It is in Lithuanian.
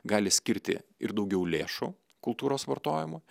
gali skirti ir daugiau lėšų kultūros vartojimo